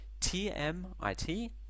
tmit